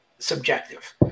subjective